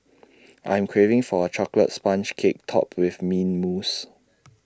I'm craving for A Chocolate Sponge Cake Topped with Mint Mousse